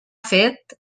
fet